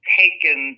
taken